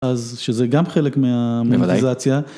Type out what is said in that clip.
אז שזה גם חלק מהמונטיזציה.